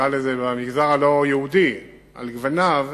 נקרא לזה, במגזר הלא-יהודי על גווניו,